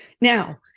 Now